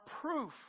proof